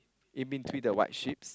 in between the white sheep's